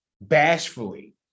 bashfully